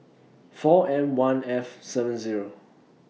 four M one F seven Zero